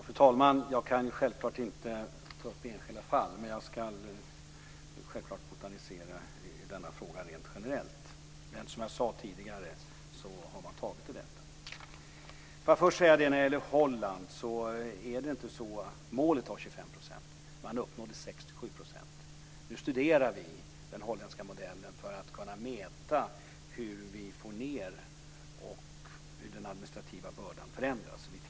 Fru talman! Jag kan självklart inte ta upp enskilda fall. Men jag ska botanisera i denna fråga rent generellt. Men som jag sade tidigare har man tagit upp detta. När det gäller Holland vill jag först säga att målet var 25 %. Man uppnådde 6-7 %. Nu studerar vi den holländska modellen för att kunna mäta hur den administrativa bördan förändras och minskar.